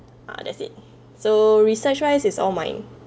ah that's it so research wise is all mine